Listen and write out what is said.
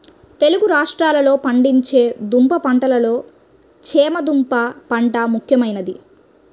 తెలుగు రాష్ట్రాలలో పండించే దుంప పంటలలో చేమ దుంప పంట ముఖ్యమైనది